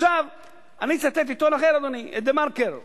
עכשיו אני מצטט עיתון אחר, אדוני, את "דה-מרקר",